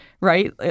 right